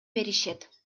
беришет